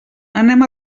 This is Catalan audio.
anem